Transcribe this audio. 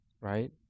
right